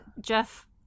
Jeff